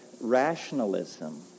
Rationalism